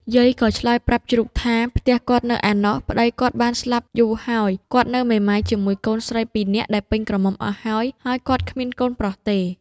យាយក៏ឆ្លើយប្រាប់ជ្រូកថា ផ្ទះគាត់នៅឯណោះ ប្ដីគាត់បានស្លាប់យូរហើយ គាត់នៅមេម៉ាយជាមួយកូនស្រីពីរនាក់ដែលពេញក្រមុំអស់ហើយ ហើយគាត់គ្មានកូនប្រុសទេ។